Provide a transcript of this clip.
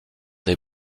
des